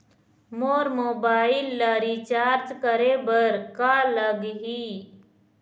मोर mobile ला recharge करे बर का लगही?